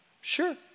Sure